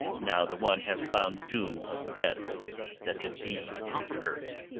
now the one has found doom of death that the deed incurred.